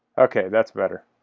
okay, that's better